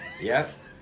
Yes